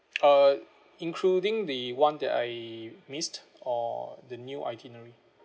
uh including the [one] that I missed or the new itinerary